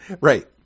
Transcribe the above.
Right